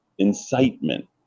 incitement